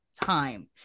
time